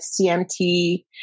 CMT